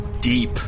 deep